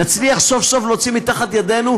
נצליח להוציא סוף-סוף מתחת ידינו,